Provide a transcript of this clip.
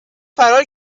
فرار